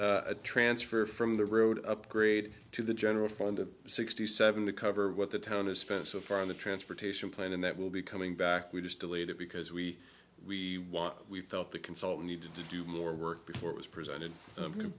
a transfer from the road upgrade to the general fund of sixty seven to cover what the town has spent so far on the transportation plan and that will be coming back we just delayed it because we want we felt the console needed to do more work before it was presented